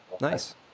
Nice